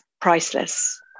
priceless